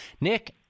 nick